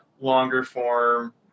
longer-form